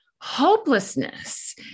Hopelessness